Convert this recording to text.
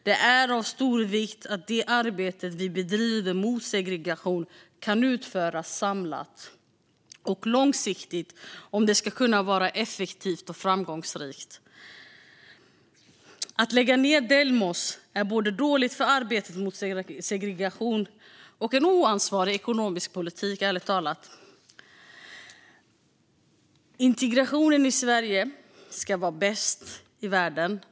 Det är av stor vikt att det arbete vi bedriver mot segregation kan utföras samlat och långsiktigt om det ska kunna vara effektivt och framgångsrikt. Att lägga ned Delmos är både dåligt för arbetet mot segregation och en oansvarig ekonomisk politik, ärligt talat. Integrationen i Sverige ska vara bäst i världen.